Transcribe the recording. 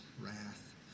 wrath